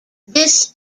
this